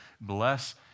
bless